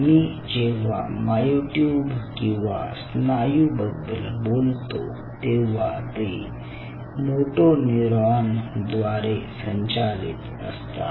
मी जेव्हा मायोट्यूब किंवा स्नायू बद्दल बोलतो तेव्हा ते मोटो न्यूरॉन द्वारे संचालित असतात